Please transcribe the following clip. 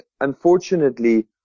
unfortunately